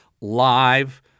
live